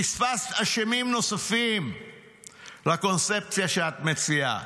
פספסת אשמים נוספים לקונספציה שאת מציעה.